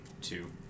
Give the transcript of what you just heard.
two